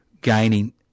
gaining